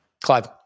Clive